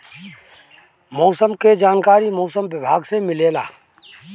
मौसम के जानकारी मौसम विभाग से मिलेला?